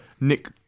Nick